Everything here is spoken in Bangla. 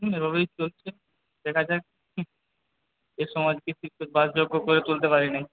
এ ভাবেই চলছে দেখা যাক এই সমাজ ভিত্তিকে বাসযোগ্য করে তুলতে পারি নাকি